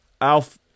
Alf